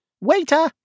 Waiter